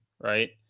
right